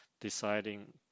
deciding